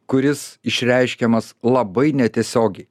kuris išreiškiamas labai netiesiogiai